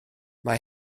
mae